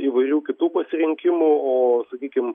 įvairių kitų pasirinkimų o sakykim